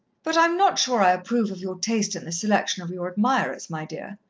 but i am not sure i approve of your taste in the selection of your admirers, my dear,